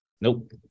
Nope